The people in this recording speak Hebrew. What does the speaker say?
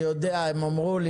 אני יודע, הם אמרו לי.